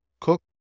cook